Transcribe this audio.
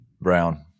Brown